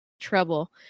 trouble